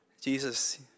Jesus